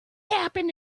happen